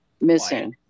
missing